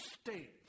state